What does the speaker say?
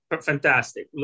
fantastic